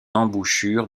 embouchure